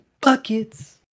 buckets